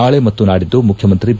ನಾಳೆ ಮತ್ತು ನಾಡಿದ್ದು ಮುಖ್ಯಮಂತ್ರಿ ಬಿ